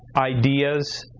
ideas,